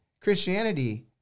Christianity